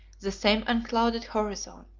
the same unclouded horizon.